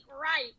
right